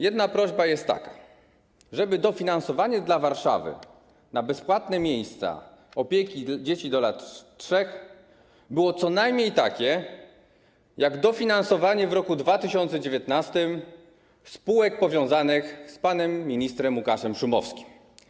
Jedna prośba jest taka, żeby dofinansowanie dla Warszawy do bezpłatnych miejsc opieki nad dziećmi do lat 3 było co najmniej takie jak dofinansowanie w roku 2019 spółek powiązanych z panem ministrem Łukaszem Szumowskim.